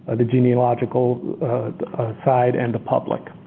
ah the genealogical side and the public.